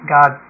God